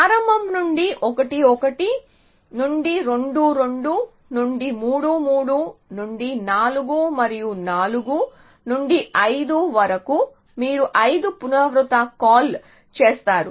ప్రారంభం నుండి 1 1 నుండి 2 2 నుండి 3 3 నుండి 4 మరియు 4 నుండి 5 వరకు మీరు 5 పునరావృత కాల్లు చేస్తారు